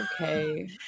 Okay